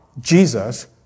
Jesus